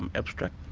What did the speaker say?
um abstract.